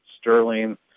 Sterling